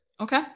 Okay